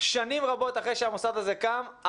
שנים רבות אחרי שהמוסד הזה קם,